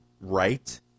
right